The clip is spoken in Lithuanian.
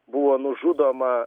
buvo nužudoma